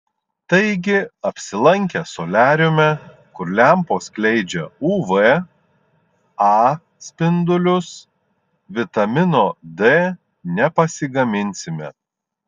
taigi apsilankę soliariume kur lempos skleidžia uv a spindulius vitamino d nepasigaminsime